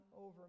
over